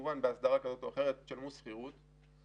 מכבד את ההסכם והתחיל לפתוח את הכול מחדש.